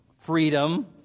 freedom